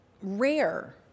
rare